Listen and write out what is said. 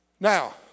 Now